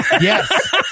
Yes